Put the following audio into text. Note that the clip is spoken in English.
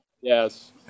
Yes